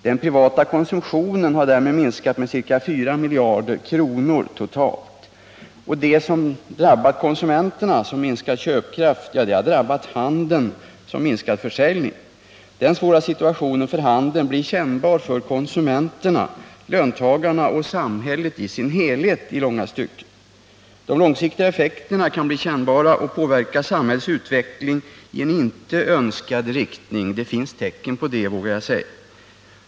Den privata konsumtionen har därmed minskat med ca 4 miljarder kronor totalt. Det som drabbat konsumenterna som minskad köpkraft har drabbat handeln som minskad försäljning. Den svåra situationen för handeln blir i långa stycken kännbar också för konsumenterna, löntagarna och samhället i dess helhet. De långsiktiga effekterna kan vidare påverka samhällets utveckling i en inte önskad riktning. Det finns tecken som tyder på det, vågar jag säga.